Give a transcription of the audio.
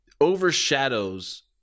overshadows